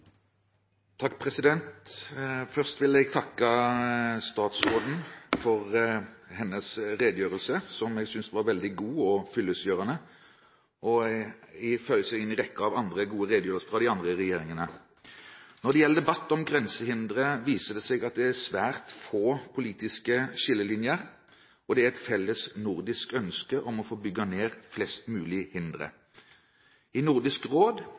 Først vil jeg takke statsråden for hennes redegjørelse, som jeg syntes var veldig god og fyllestgjørende, og som føyer seg inn i rekken av andre gode redegjørelser fra de andre i regjeringen. Når det gjelder debatten om grensehindre, viser det seg at det er svært få politiske skillelinjer. Det er et felles nordisk ønske om å bygge ned flest mulig